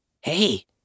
Hey